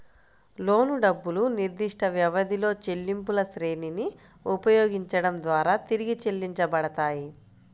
లోను డబ్బులు నిర్దిష్టవ్యవధిలో చెల్లింపులశ్రేణిని ఉపయోగించడం ద్వారా తిరిగి చెల్లించబడతాయి